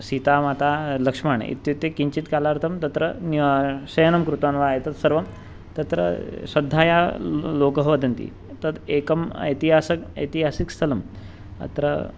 सीता माता लक्ष्मणः इत्युक्ते किञ्चित् कालार्थं तत्र शयनं कृतवान् वा एतत् सर्वं तत्र श्रद्धया लोकः वदति तत् एकम् ऐतिहासिकम् ऐतिहासिकं स्थलम् अत्र